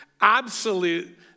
absolute